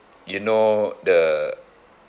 you know the